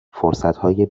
فرصتهای